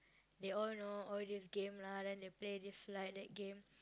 they all know all these games lah then they play this like that game